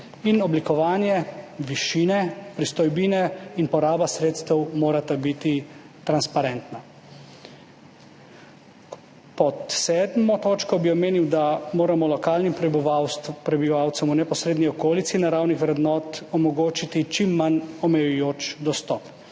in oblikovanje višine pristojbine in poraba sredstev morata biti transparentna. Pod sedmo točko bi omenil, da moramo lokalnim prebivalcem v neposredni okolici naravnih vrednot omogočiti čim manj omejujoč dostop.